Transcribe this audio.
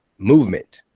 movement.